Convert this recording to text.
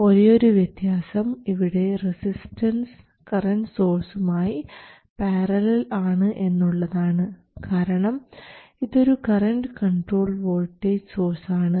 ഒരേയൊരു വ്യത്യാസം ഇവിടെ റെസിസ്റ്റൻസ് കറൻറ് സോഴ്സും ആയി പാരലൽ ആണ് എന്നുള്ളതാണ് കാരണം ഇതൊരു കറണ്ട് കൺട്രോൾഡ് വോൾട്ടേജ് സോഴ്സ് ആണ്